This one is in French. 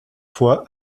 fois